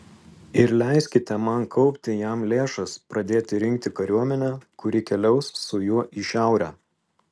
ir leiskite man kaupti jam lėšas pradėti rinkti kariuomenę kuri keliaus su juo į šiaurę